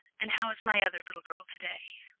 and how is my other little girl to-day?